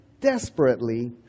desperately